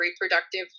reproductive